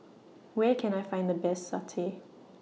Where Can I Find The Best Satay